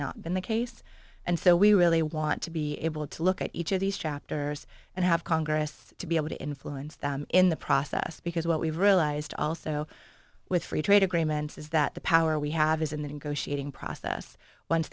not been the case and so we really want to be able to look at each of these chapters and have congress to be able to influence them in the process because what we've realized also with free trade agreements is that the power we have is in the negotiating process once